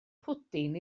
pwdin